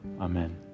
Amen